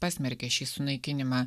pasmerkė šį sunaikinimą